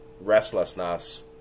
restlessness